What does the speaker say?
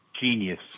Genius